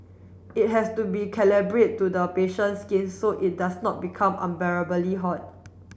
it has to be calibrate to the patient's skin so it does not become unbearably hot